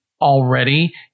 already